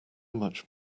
much